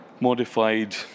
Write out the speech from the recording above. Modified